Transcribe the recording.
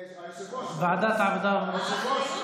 ועדת העבודה והרווחה.